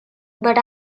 but